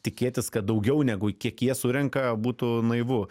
tikėtis kad daugiau negu kiek jie surenka būtų naivu